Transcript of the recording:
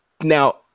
Now